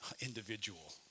individual